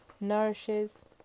nourishes